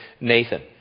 Nathan